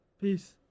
Peace